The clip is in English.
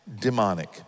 demonic